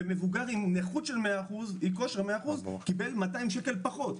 ומבוגר עם כושר 100% קיבל 200 שקל פחות.